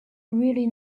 really